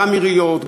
גם עיריות,